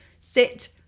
sit